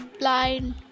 blind